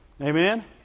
Amen